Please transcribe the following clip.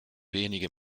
wenige